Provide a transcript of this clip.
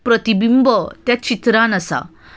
प्रतिबिंब त्या चित्रान आसा